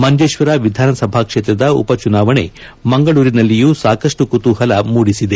ಮಂಜೇಶ್ವರ ವಿಧಾನಸಭಾ ಕ್ಷೇತ್ರದ ಉಪಚುನಾವಣೆ ಮಂಗಳೂರಿನಲ್ಲಿಯೂ ಸಾಕಷ್ಟು ಕುತೂಹಲ ಮೂಡಿಸಿದೆ